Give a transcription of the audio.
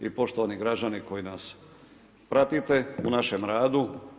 I poštovani građani koji nas pratite u našem radu.